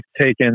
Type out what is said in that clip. taken